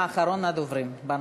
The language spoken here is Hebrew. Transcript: אחרון הדוברים בנושא.